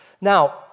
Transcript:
Now